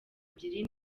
ebyiri